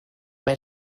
bei